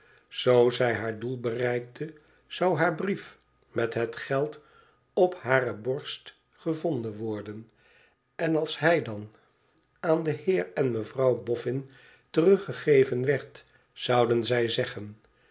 zoo zij haar doel bereikte zou haar brief met het geld op hare borst gevonden worden en als hij dan aan den heer en mevrouw boffin teruggegeven werd zouden zij zeggen